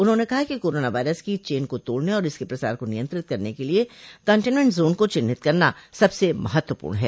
उन्होंने कहा कि कोरोना वायरस की चेन को तोड़ने और इसके प्रसार को नियंत्रित करने के लिए कन्टेनमेंट जोन को चिन्हित करना सबसे महत्वपूर्ण है